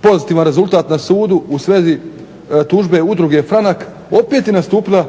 pozitivan rezultat na sudu u svezi tužbe Udruge "Franak" opet je nastupila